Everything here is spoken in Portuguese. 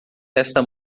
esta